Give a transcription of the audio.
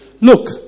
Look